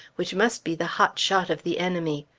which must be the hot shot of the enemy.